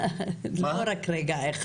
זה לא רק רגע אחד,